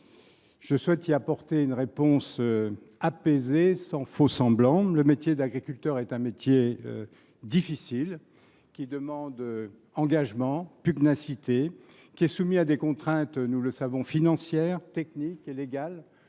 Je souhaite vous apporter une réponse apaisée, sans faux semblant. Le métier d’agriculteur est un métier difficile, qui demande engagement et pugnacité, qui est soumis à des contraintes financières, techniques et légales